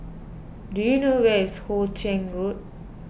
do you know where is Hoe Chiang Road